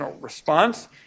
response